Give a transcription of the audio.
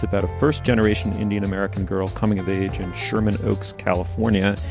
about a first generation indian american girl coming of age in sherman oaks, california.